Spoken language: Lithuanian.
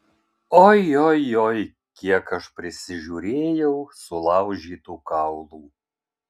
oi oi oi kiek aš prisižiūrėjau sulaužytų kaulų